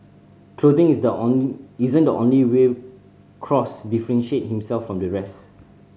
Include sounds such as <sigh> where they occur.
clothing is the <unintelligible> isn't the only way Cross differentiate himself from the rest